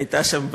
שהייתה שם,